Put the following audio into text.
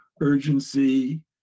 urgency